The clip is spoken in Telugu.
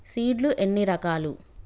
సీడ్ లు ఎన్ని రకాలు?